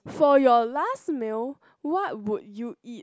for your last meal what would you eat